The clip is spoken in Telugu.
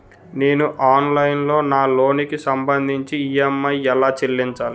నేను ఆన్లైన్ లో నా లోన్ కి సంభందించి ఈ.ఎం.ఐ ఎలా చెల్లించాలి?